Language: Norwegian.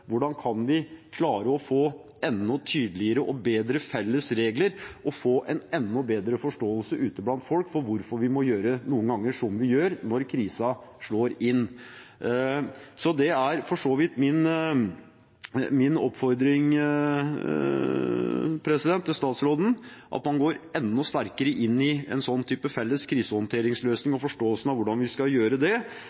Hvordan kan vi klare å få enda tydeligere og bedre felles regler og få en enda bedre forståelse ute blant folk for hvorfor vi noen ganger må gjøre som vi gjør når krisen slår inn? Det er for så vidt min oppfordring til statsråden, at han går enda sterkere inn i en slik type felles krisehåndteringsløsning